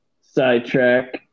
sidetrack